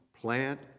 Plant